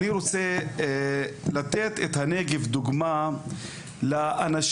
אני גם רוצה לברך את מזכ"ל המפלגה